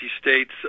states